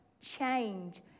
change